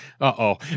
uh-oh